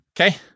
okay